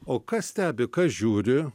o kas stebi kas žiūri